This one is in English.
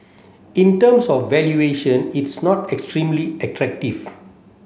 in terms of valuation it's not extremely attractive